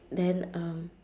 then um